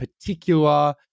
particular